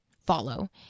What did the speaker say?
follow